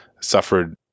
suffered